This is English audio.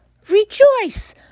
Rejoice